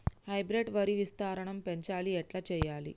Hybrid వరి విస్తీర్ణం పెంచాలి ఎట్ల చెయ్యాలి?